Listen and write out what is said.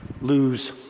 lose